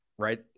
right